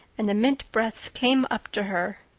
and the mint breaths came up to her.